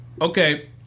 Okay